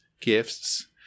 gifts